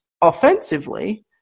offensively